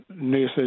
nurses